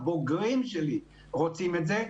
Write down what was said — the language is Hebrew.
הבוגרים שלי רוצים את זה,